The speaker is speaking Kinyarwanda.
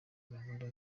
gahunda